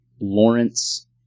Lawrence